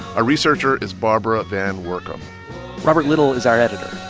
ah researcher is barbara van woerkom robert little is our editor.